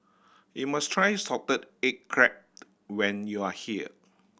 you must try salted egg crab when you are here